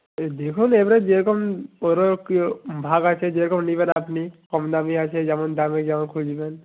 এ দেখুন এবারে যেরকম ওরও কী ভাগ আছে যে রকম নেবেন আপনি কম দামি আছে যেমন দামি জামা খুঁজবেন